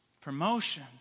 Promotion